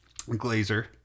Glazer